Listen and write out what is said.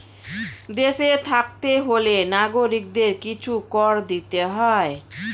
দেশে থাকতে হলে নাগরিকদের কিছু কর দিতে হয়